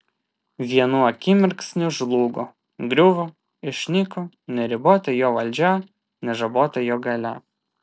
vienu akimirksniu žlugo griuvo išnyko neribota jo valdžia nežabota jo galia